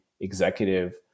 executive